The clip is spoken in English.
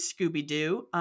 Scooby-Doo